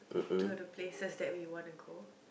to the places that we want to go